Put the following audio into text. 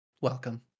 welcome